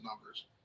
numbers